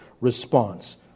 response